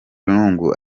lungu